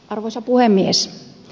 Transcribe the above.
arvoisa puhemies